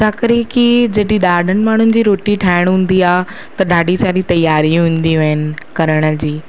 छा करे की जॾहिं ॾाढनि माण्हुनि जी रोटी ठाहिणी हूंदी आहे त ॾाढी सारी तयारियूं हूंदियूं आहिनि करण जी